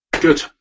good